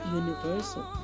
universal